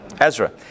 Ezra